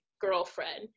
girlfriend